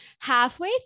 halfway